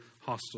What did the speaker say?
hostile